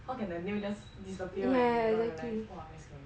how can a nail just disappear when you know in real life !wah!